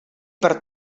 per